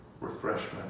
refreshment